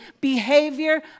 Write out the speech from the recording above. behavior